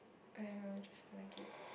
I don't know I just don't like it